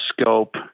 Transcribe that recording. scope